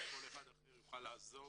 או כל אחד אחר יוכל לעזור